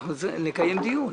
אנחנו נקיים דיון.